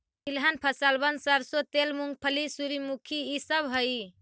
तिलहन फसलबन सरसों तेल, मूंगफली, सूर्यमुखी ई सब हई